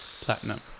platinum